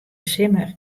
simmer